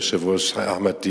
היושב-ראש אחמד טיבי,